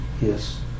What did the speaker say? Yes